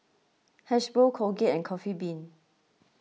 Hasbro Colgate and Coffee Bean